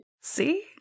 see